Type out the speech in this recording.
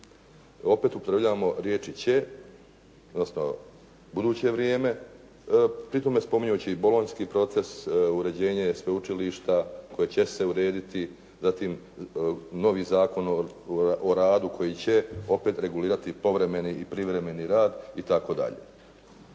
opet upotrebljavamo riječi će, odnosno buduće vrijeme, pri tome spominjući Bolonjski proces, uređenje sveučilišta koje će se urediti, zatim novi Zakon o radu koji će opet regulirati povremeni i privremeni rad itd.